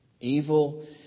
Evil